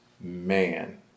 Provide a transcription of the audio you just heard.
man